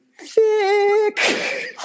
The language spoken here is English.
thick